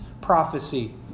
prophecy